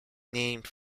named